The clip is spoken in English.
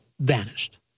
vanished